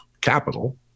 capital